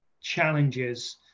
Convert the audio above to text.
challenges